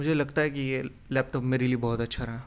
مجھے لگتا ہے کہ یہ لیپ ٹاپ میرے لیے بہت اچھا رہا